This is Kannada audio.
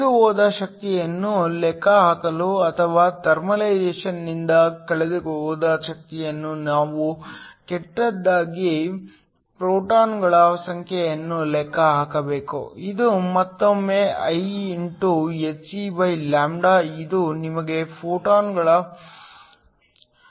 ಕಳೆದುಹೋದ ಶಕ್ತಿಯನ್ನು ಲೆಕ್ಕಹಾಕಲು ಅಥವಾ ಥರ್ಮಲೈಸೇಶನ್ನಿಂದ ಕಳೆದುಹೋದ ಶಕ್ತಿಯನ್ನು ನಾವು ಕೆಟ್ಟದಾಗಿ ಫೋಟಾನ್ಗಳ ಸಂಖ್ಯೆಯನ್ನು ಲೆಕ್ಕ ಹಾಕಬೇಕು ಇದು ಮತ್ತೊಮ್ಮೆ Ihcλ ಇದು ನಿಮಗೆ ಫೋಟೊಗಳ ಸಂಖ್ಯೆಯನ್ನು ನೀಡುತ್ತದೆ